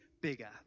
bigger